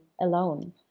alone